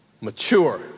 mature